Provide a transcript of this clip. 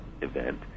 event